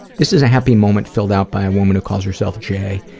this is a happy moment, filled out by a woman who calls herself jay,